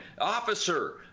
Officer